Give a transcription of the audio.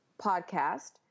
podcast